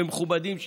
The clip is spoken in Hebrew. ומכובדים,